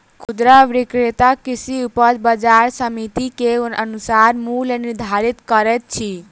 खुदरा विक्रेता कृषि उपज बजार समिति के अनुसार मूल्य निर्धारित करैत अछि